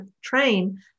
train